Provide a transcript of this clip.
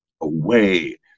away